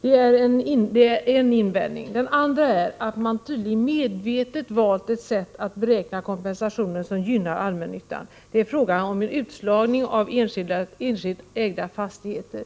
Jag vill också invända emot att man tydligen medvetet valt ett sätt att beräkna kompensationen som gynnar allmännyttan. Det är fråga om en utslagning av enskilt ägda fastigheter.